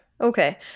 okay